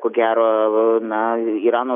ko gero na irano